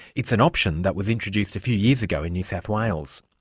it's an option that was introduced a few years ago in new south wales.